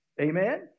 Amen